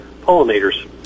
pollinators